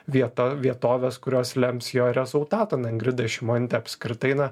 vieta vietoves kurios lems jo rezultatą na ingrida šimonytė apskritai na